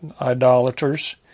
idolaters